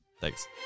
Thanks